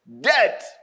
debt